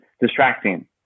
distracting